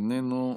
איננו.